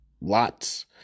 lots